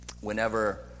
Whenever